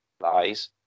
lies